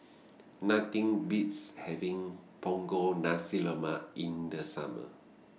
Nothing Beats having Punggol Nasi Lemak in The Summer